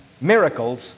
miracles